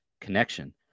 connection